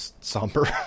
somber